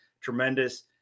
tremendous